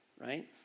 right